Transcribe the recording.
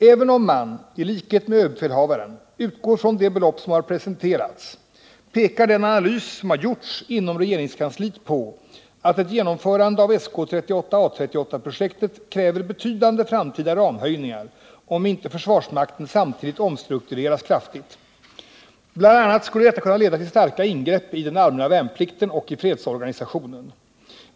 Även om man i likhet med överbefälhavaren utgår från de belopp som har presenterats, pekar den analys som har gjorts inom regeringskansliet på att ett genomförande av SK 38/A 38-projektet kräver betydande framtida ramhöjningar, om inte försvarsmakten samtidigt omstruktureras kraftigt. Bl. a. skulle detta kunna leda till starka ingrepp i den allmänna värnplikten och i fredsorganisationen.